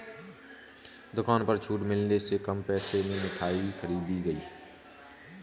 दुकान पर छूट मिलने से कम पैसे में मिठाई खरीदी गई